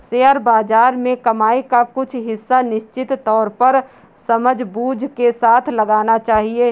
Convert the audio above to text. share बाज़ार में कमाई का कुछ हिस्सा निश्चित तौर पर समझबूझ के साथ लगाना चहिये